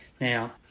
Now